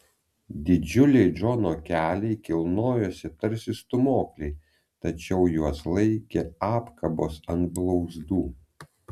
didžiuliai džono keliai kilnojosi tarsi stūmokliai tačiau juos laikė apkabos ant blauzdų